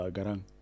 Garang